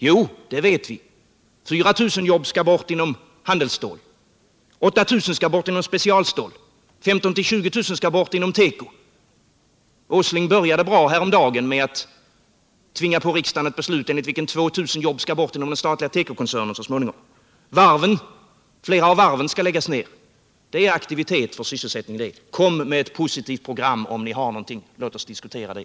Jo, det vet vi: 4000 jobb skall bort inom handelsstålsområdet, 8 000 skall bort inom specialstålet, 15 000-20 000 skall bort inom teko. Nils Åsling började bra häromdagen med att tvinga på riksdagen ett beslut enligt vilket 2 000 skall bort inom den statliga tekokoncernen så småningom. Flera av varven skall läggas ner. — Det är aktivitet för sysselsättningen, det! Kom med ett positivt program, om ni har något, och låt oss diskutera det!